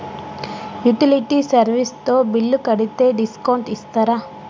Utility service తో bill కడితే discount ఇస్తరా?